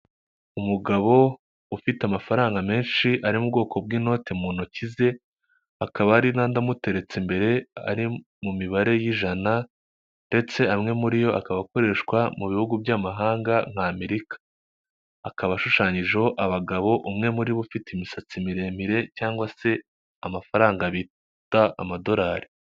Umugabo ufite amafaranga menshi ari mu bwoko bw'inote mu ntoki ze, hakaba hari n'andi amuteretse imbere ari mu mibare y'ijana ndetse amwe muri yo akaba akoreshwa mu bihugu by'amahanga nka Amerika. Akaba ashushanyijeho abagabo umwe muri bo ufite imisatsi miremire cyangwa se amafaranga bita amadolari.